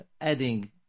adding